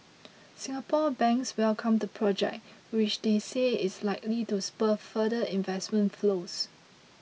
Singapore banks welcomed the project which they say is likely to spur further investment flows